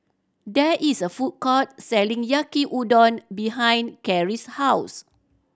there is a food court selling Yaki Udon behind Carie's house